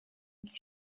with